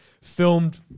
filmed